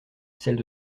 celle